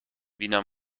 wiener